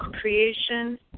creation